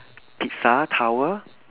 pisa tower